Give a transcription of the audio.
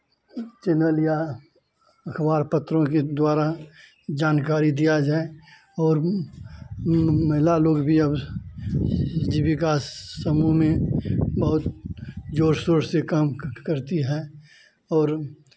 channel या अखबार पत्रों के द्वारा जानकारी दिया जाए और महिला लोग भी अब जीविका समूह में बहुत जोर शोर से काम करती हैं और